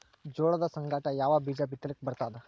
ಜೋಳದ ಸಂಗಾಟ ಯಾವ ಬೀಜಾ ಬಿತಲಿಕ್ಕ ಬರ್ತಾದ?